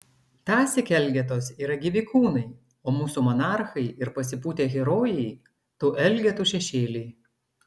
tąsyk elgetos yra gyvi kūnai o mūsų monarchai ir pasipūtę herojai tų elgetų šešėliai